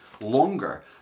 longer